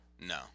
No